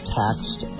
taxed